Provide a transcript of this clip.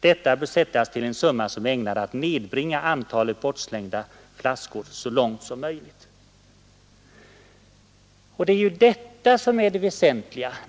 Detta bör sättas till en summa som är ägnad att nedbringa antalet bortslängda flaskor så långt som möjligt.” Det är ju detta som är det väsentliga.